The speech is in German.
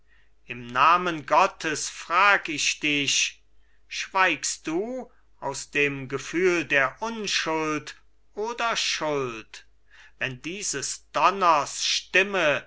im namen gottes frag ich dich schweigst du aus dem gefühl der unschuld oder schuld wenn dieses